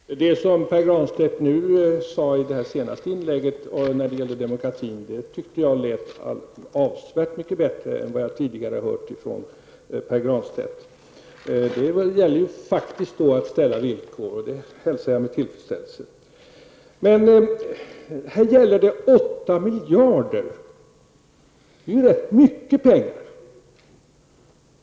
Fru talman! Det som Pär Granstedt sade i sitt senaste inlägg när det gäller demokratin tyckte jag lät avsevärt mycket bättre än det som jag tidigare har hört från honom. Det gäller faktiskt att ställa villkor, och det hälsar jag med tillfredsställelse. Men i dessa sammanhang handlar det om 8 miljarder. Det är rätt mycket pengar.